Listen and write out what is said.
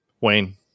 Wayne